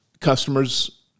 customers